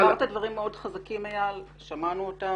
אמרת דברים מאוד חזקים אייל, שמענו אותם